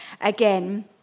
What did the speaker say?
again